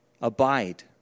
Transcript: Abide